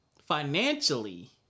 financially